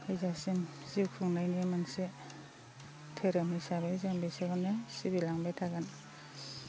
थैजासिम जिउ खुंनायनि मोनसे धोरोम हिसाबै जों बिसोरखौनो सिबिलांबाय थागोन